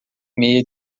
meia